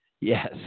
Yes